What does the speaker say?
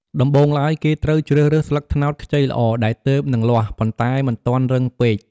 ដំបូងឡើយ គេត្រូវជ្រើសរើស ស្លឹកត្នោតខ្ចីល្អ ដែលទើបនឹងលាស់ ប៉ុន្តែមិនទាន់រឹងពេក។